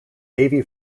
davy